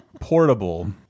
Portable